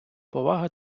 повага